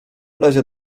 razie